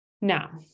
Now